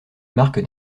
marque